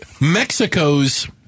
Mexico's